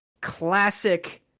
classic